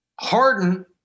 Harden